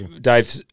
Dave